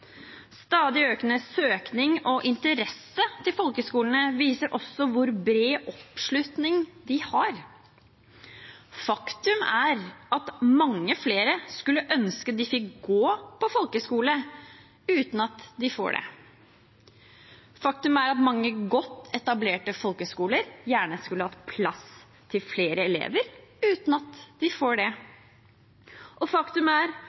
Stadig økende søkning til og interesse for folkehøgskolene viser også hvor bred oppslutning de har. Faktum er at mange flere skulle ønske de fikk gå på folkehøgskole, uten at de får det. Faktum er at mange godt etablerte folkehøgskoler gjerne skulle hatt plass til flere elever, uten at de får det. Faktum er